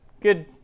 Good